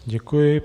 Děkuji.